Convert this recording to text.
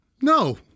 No